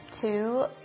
two